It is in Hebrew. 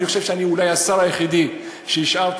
אני חושב שאני אולי השר היחידי שהשאיר את